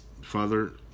father